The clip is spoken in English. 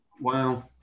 Wow